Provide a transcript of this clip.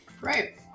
Right